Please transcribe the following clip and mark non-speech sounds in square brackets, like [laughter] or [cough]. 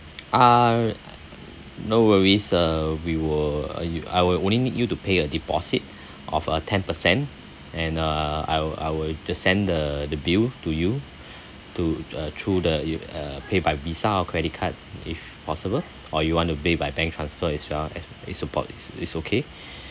ah no worries uh we will uh I will only need you to pay a deposit of a ten percent and uh I will I will the send the the bill to you [breath] to uh through the you uh pay by visa or credit card if possible or you want to pay by bank transfer as well as it's support it's it's okay [breath]